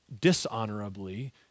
dishonorably